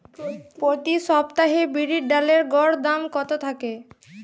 প্রতি সপ্তাহে বিরির ডালের গড় দাম কত থাকে?